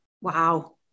wow